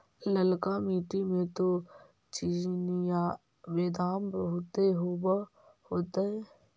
ललका मिट्टी मे तो चिनिआबेदमां बहुते होब होतय?